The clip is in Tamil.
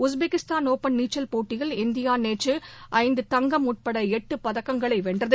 உஸ்பெகிஸ்தான் ஒப்பன் நீச்சல் போட்டியில் இந்தியா நேற்று ஐந்து தங்கம் உட்பட எட்டு பதக்கங்களை வென்றது